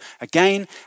again